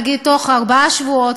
נגיד בתוך ארבעה שבועות.